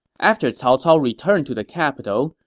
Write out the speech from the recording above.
after cao cao returned to the capital,